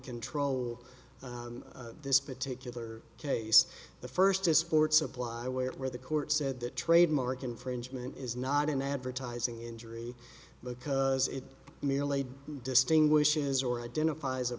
control this particular case the first to sports apply where the court said that trademark infringement is not an advertising injury because it merely distinguishes or identifies a